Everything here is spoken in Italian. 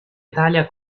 italia